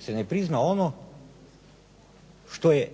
se ne prizna ono što je